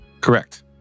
Correct